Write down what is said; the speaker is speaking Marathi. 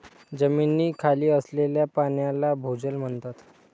जमिनीखाली असलेल्या पाण्याला भोजल म्हणतात